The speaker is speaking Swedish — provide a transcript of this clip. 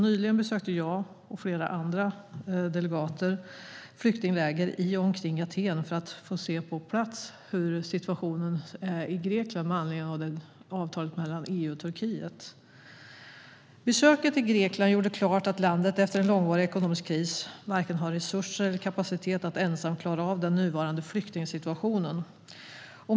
Nyligen besökte jag och flera andra delegater flyktingläger i och omkring Aten för att på plats få se situationen i Grekland med anledning av avtalet mellan EU och Turkiet. Besöket i Grekland gjorde klart att landet efter en långvarig ekonomisk kris varken har resurser eller kapacitet att ensamt klara av den nuvarande flyktingsituationen.